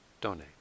donate